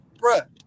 bruh